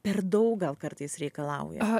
per daug gal kartais reikalauja